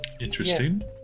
Interesting